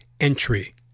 entry